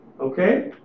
Okay